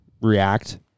react